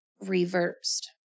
reversed